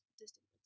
distance